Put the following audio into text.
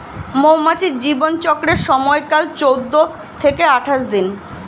মৌমাছির জীবন চক্রের সময়কাল চৌদ্দ থেকে আঠাশ দিন